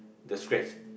the scratch